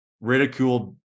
ridiculed